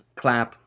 clap